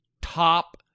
top